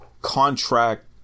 contract